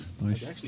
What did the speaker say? Nice